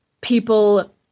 people